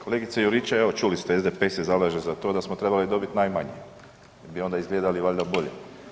Kolegice Juričev, evo čuli ste, SDP se zalaže za to da smo trebali dobit najmanje da bi onda izgledali valjda bolje.